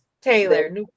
taylor